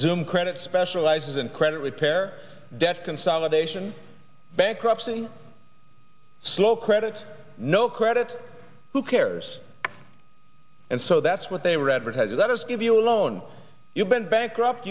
zoom credit specializes in credit repair debt consolidation bankruptcy slow credit no credit who cares and so that's what they were advertising let us give you a loan you've been bankrupt